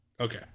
Okay